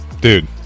Dude